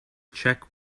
check